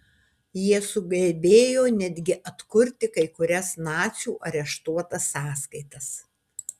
jie sugebėjo netgi atkurti kai kurias nacių areštuotas sąskaitas